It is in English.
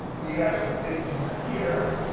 we have some things over here,